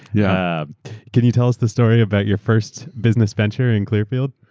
yeah can you tell us the story about your first business venture in clearfield?